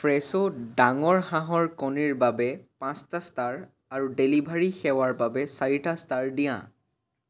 ফ্ৰেছো ডাঙৰ হাঁহৰ কণীৰ বাবে পাঁচটা ষ্টাৰ আৰু ডেলিভাৰী সেৱাৰ বাবে চাৰিটা ষ্টাৰ দিয়া